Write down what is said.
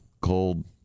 cold